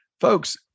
Folks